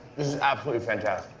is absolutely fantastic.